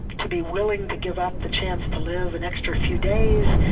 to be willing to give up the chance to live an extra few days,